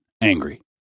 angry